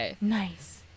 nice